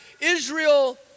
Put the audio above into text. Israel